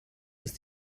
ist